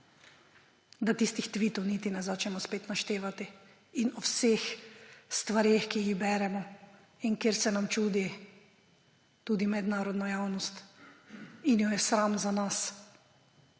da tistih tvitov niti ne začnemo spet naštevati – in o vseh stvareh, ki jih beremo in kjer se nam čudi tudi mednarodna javnost in jo je sram za nas.